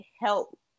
help